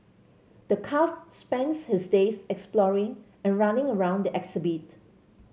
the calf spends his days exploring and running around the exhibit